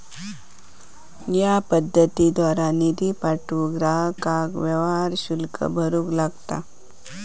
या पद्धतीद्वारा निधी पाठवूक ग्राहकांका व्यवहार शुल्क भरूक लागता